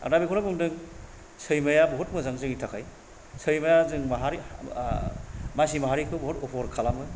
आं दा बेखौनो बुंदों सैमाया बहुथ मोजां जोंनि थाखाय सैमाया जों माहारि ओ मानसि माहारिखौ बहुथ अपकार खालामो